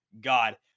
God